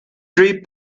three